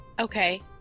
Okay